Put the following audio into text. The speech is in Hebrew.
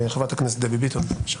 חברת הכנסת דבי ביטון, בבקשה.